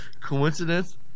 Coincidence